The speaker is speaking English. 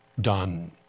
done